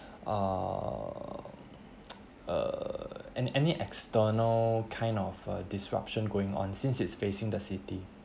err err an~ any external kind of uh disruption going on since it's facing the city